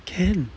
can